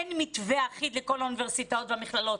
אין מתווה אחיד לכל האוניברסיטאות והמכללות,